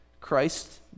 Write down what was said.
Christ